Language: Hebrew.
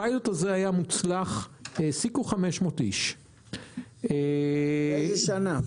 הפיילוט הזה היה מוצלח והעסיקו 500 אנשים --- באיזו שנה?